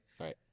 Right